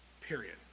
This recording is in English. period